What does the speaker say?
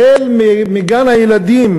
החל בגן-הילדים,